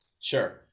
Sure